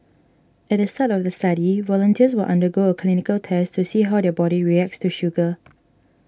at the start of the study volunteers will undergo a clinical test to see how their body reacts to sugar